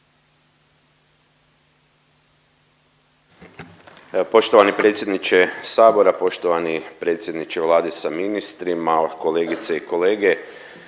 Poštovani predsjedniče sabora, poštovani predsjedniče Vlade sa ministrima, kolegice i kolege